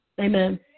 Amen